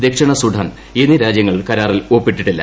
ദക്ഷിണസുഡാൻ എന്നീ രാജ്യങ്ങൾ കരാറിൽ ഒപ്പിട്ടിട്ടില്ല